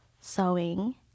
sewing